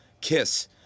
Kiss